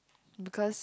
because